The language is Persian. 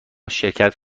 شرکت